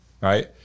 right